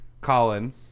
Colin